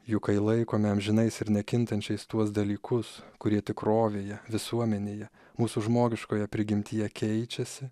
juk kai laikome amžinais ir nekintančiais tuos dalykus kurie tikrovėje visuomenėje mūsų žmogiškoje prigimtyje keičiasi